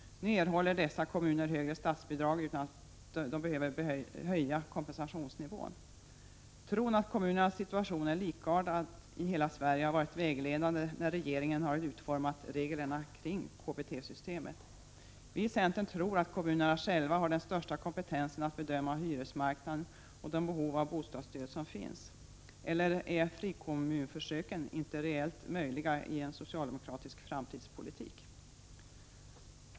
Nu erhåller dessa kommuner högre statsbidrag utan att de behöver höja kompensationsnivån. Tron att kommunernas situation är likartad i hela Sverige har varit vägledande när regeringen har utformat reglerna kring KBT-systemet. Vi i centern tror att kommunerna själva har den största kompetensen att bedöma hyresmarknaden och de behov av bostadsstöd som finns. Eller är frikommunförsöken inte reellt möjliga i en socialdemokratisk framtidspolitik?